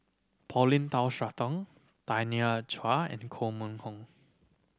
Paulin Tay Straughan Tanya Chua and Koh Mun Hong